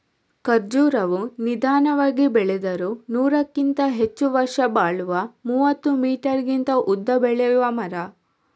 ಖರ್ಜುರವು ನಿಧಾನವಾಗಿ ಬೆಳೆದರೂ ನೂರಕ್ಕಿಂತ ಹೆಚ್ಚು ವರ್ಷ ಬಾಳುವ ಮೂವತ್ತು ಮೀಟರಿಗಿಂತ ಉದ್ದ ಬೆಳೆಯುವ ಮರ